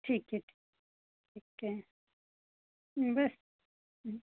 ठीक है ठीक है बस